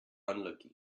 unlucky